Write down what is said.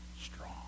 strong